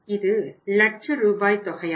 இது லட்ச ரூபாய் தொகையாகும்